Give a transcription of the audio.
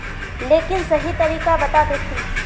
लेकिन सही तरीका बता देतहिन?